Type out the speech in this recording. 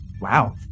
wow